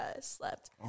slept